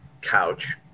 couch